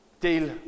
deal